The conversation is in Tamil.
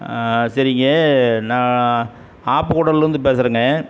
சரிங்க நான் ஆப்பக்கூடல்லருந்து பேசுகிறேங்க